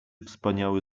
wspaniały